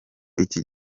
iki